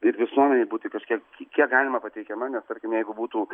ir visuomenei būti kažkiek kiek galima pateikiama nes tarkim jeigu būtų